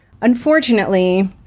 Unfortunately